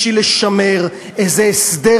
בשביל לשמר איזה הסדר